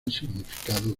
significado